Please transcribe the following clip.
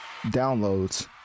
downloads